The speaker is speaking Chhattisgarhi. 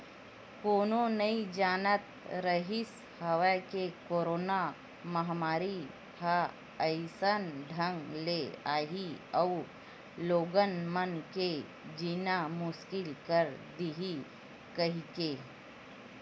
कोनो नइ जानत रिहिस हवय के करोना महामारी ह अइसन ढंग ले आही अउ लोगन मन के जीना मुसकिल कर दिही कहिके